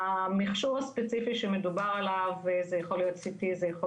המכשור הספציפי שמדובר עליו זה יכול להיות C.T זה יכול